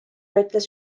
ütles